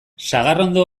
sagarrondo